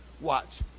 Watch